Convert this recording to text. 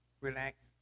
relax